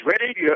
ready